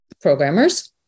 programmers